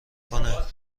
کند